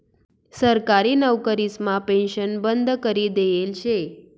सरकारी नवकरीसमा पेन्शन बंद करी देयेल शे